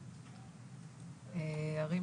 30 אחוזים.